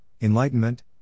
enlightenment